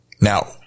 Now